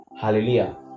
hallelujah